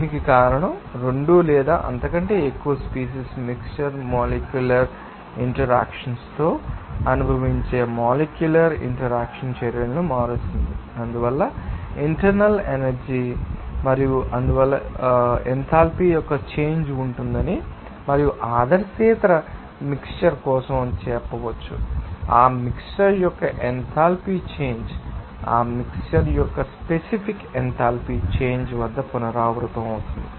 దీనికి కారణం రెండు లేదా అంతకంటే ఎక్కువ స్పీసీస్ మిక్శ్చర్ మొలేక్యూలర్ ఇంటరాక్షన్ తో అనుభవించే మొలేక్యూలర్ ఇంటరాక్షన్ చర్యలను మారుస్తుంది అందువల్ల ఇంటర్నల్ ఎనర్జీ చేస్తుంది మరియు అందువల్ల మీరు ఎంథాల్పీ యొక్క చేంజ్ ఉంటుందని మరియు ఆదర్శేతర మిక్శ్చర్ కోసం చెప్పవచ్చు ఆ మిక్శ్చర్ యొక్క ఎంథాల్పీ చేంజ్ ఆ మిక్శ్చర్ యొక్క స్పెసిఫిక్ ఎంథాల్పీ చేంజ్ వద్ద పునరావృతమవుతుంది